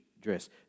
dress